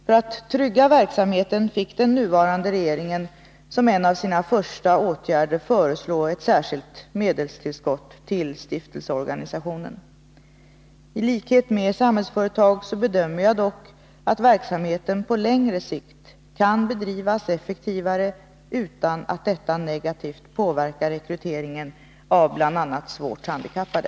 För att trygga verksamheten fick den nuvarande regeringen som en av sina första åtgärder föreslå ett särskilt medelstillskott till stiftelseorganisationen. I likhet med Samhällsföretag bedömer jag dock att verksamheten på längre sikt kan bedrivas effektivare, utan att detta negativt påverkar rekryteringen av bl.a. svårt handikappade.